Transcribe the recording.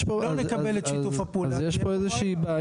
לא נקבל את שיתוף הפעולה תהיה פה בעיה.